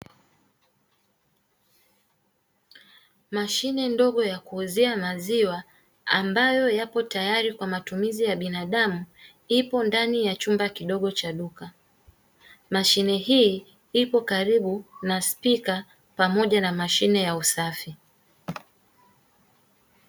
Mashine ndogo ya kuuuzia maziwa ambayo yapo tayari kwa matumizi ya binadamu ipo ndani ya chumba kidogo cha duka. Mashine hii ipo karibu na spika pamoja na mashine ya usafi.